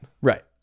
Right